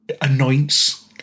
anoints